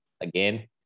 Again